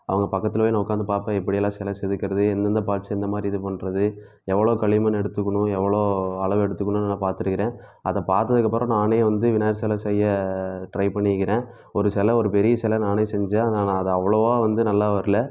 அவங்க பக்கத்துலயே நான் உட்காந்து பார்ப்பேன் எப்படி எல்லாம் சில செதுக்கிறது எந்தெந்த பார்ட்ஸ் எந்த மாரி இது பண்ணுறது எவ்வளோ களி மண் எடுத்துக்கணும் எவ்வளோ அளவு எடுத்துக்கணுன்னு நான் பார்த்துருக்குறேன் அதை பார்த்ததுக்கு அப்புறம் நானே வந்து விநாயகர் சில செய்ய ட்ரை பண்ணிருக்கிறேன் ஒரு சில ஒரு பெரிய சில நானே செஞ்சேன் ஆனால் நான் அது அவ்ளோவாக வந்து நல்லா வரல